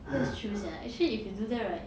that's true sia actually if you do that right